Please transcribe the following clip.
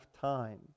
time